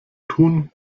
tun